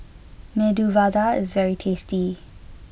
Medu Vada is very tasty